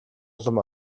улам